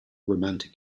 romantic